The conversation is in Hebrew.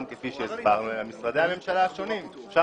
כפי שהסברנו אלא למשרדי הממשלה השונים.